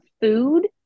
food